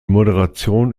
moderation